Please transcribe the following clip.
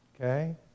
Okay